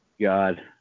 God